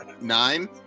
Nine